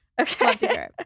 Okay